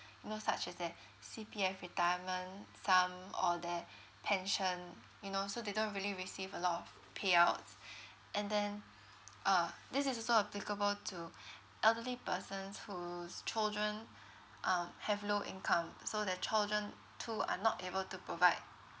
you know such as their C_P_F retirement sum or their pension you know so they don't really receive a lot of payouts and then uh this is also applicable to elderly persons whose children um have low income so their children too are not able to provide